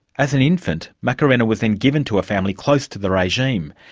as an infant, macarena was then given to a family close to the regime,